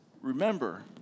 remember